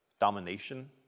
domination